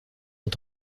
ont